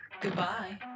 Goodbye